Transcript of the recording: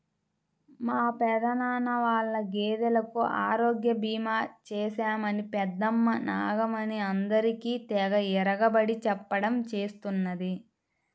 మా పెదనాన్న వాళ్ళ గేదెలకు ఆరోగ్య భీమా చేశామని పెద్దమ్మ నాగమణి అందరికీ తెగ ఇరగబడి చెప్పడం చేస్తున్నది